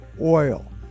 oil